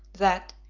that,